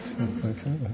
Okay